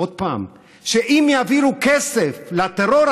עוד פעם: אם יעבירו כסף לטרור,